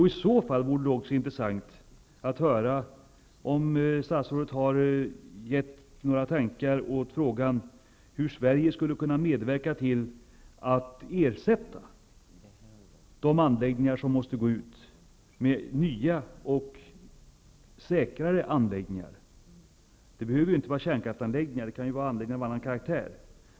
I så fall vore det intressant att höra om statsrådet har ägnat några tankar åt frågan hur Sverige skulle kunna medverka till att ersätta de verk som måste stängas av med nya och säkrare anläggningar. Det behöver inte vara kärnkraftsanläggningar, det kan vara anläggningar av annan karaktär.